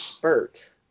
Bert